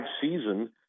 season